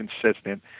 consistent